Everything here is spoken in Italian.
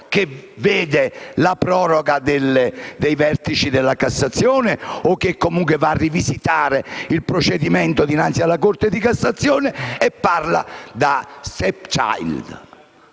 che dispone la proroga dei vertici della Cassazione e che va a rivisitare il procedimento dinanzi alla Corte di cassazione e lei parla di *stepchild